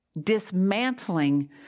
dismantling